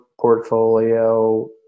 portfolio